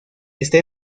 está